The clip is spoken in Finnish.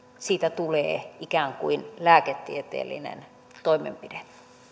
siitä tulee ikään kuin lääketieteellinen toimenpide